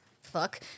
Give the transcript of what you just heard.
Fuck